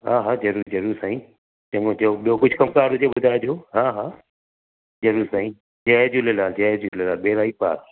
हा हा ज़रूरु ज़रूरु साईं चङो थियो ॿियो कुझु कमु कारु हुजे ॿुधाइजो हा हा ज़रूरु साईं जय झूलेलालु जय झूलेलालु ॿेड़ा ई पार